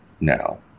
now